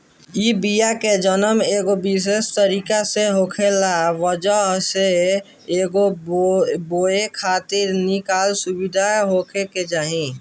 इ बिया के जनम एगो विशेष तरीका से होखला के वजह से एके बोए खातिर निक सुविधा होखे के चाही